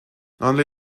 only